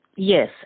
Yes